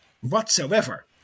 whatsoever